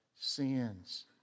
sins